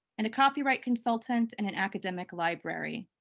and a copyright consultant, and an academic library.